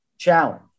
challenge